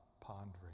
pondering